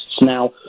Now